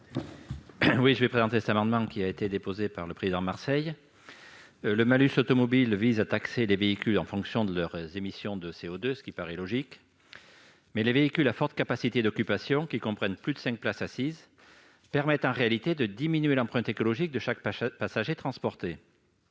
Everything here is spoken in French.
à M. Bernard Delcros. Cet amendement a été déposé par M. Hervé Marseille. Le malus automobile vise à taxer les véhicules en fonction de leurs émissions de CO2. Cependant, les véhicules à forte capacité d'occupation, qui comprennent plus de cinq places assises, permettent de diminuer l'empreinte écologique de chaque passager transporté.